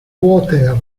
water